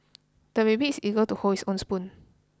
the baby is eager to hold his own spoon